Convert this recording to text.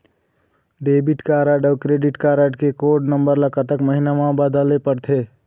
Debit card अऊ credit card के code number ला कतक महीना मा बदले पड़थे?